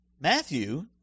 Matthew